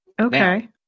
Okay